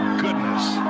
goodness